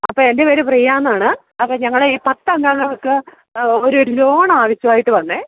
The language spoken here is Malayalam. അപ്പോള് എന്റെ പേര് പ്രിയ എന്നാണ് അപ്പോള് ഞങ്ങളുടെ ഈ പത്തംഗങ്ങള്ക്ക് ഒരു ലോണാവശ്യമായിട്ട് വന്നെ